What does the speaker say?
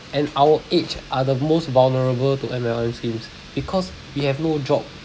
and our age are the most vulnerable to M_L_M schemes because we have no job